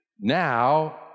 now